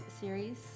series